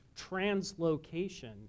Translocation